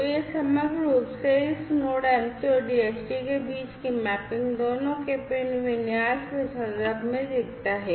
तो यह समग्र रूप से इस नोड MCU और DHT के बीच की मैपिंग दोनों के पिन विन्यास के संदर्भ में दिखता है